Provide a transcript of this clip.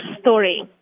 story